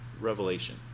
revelation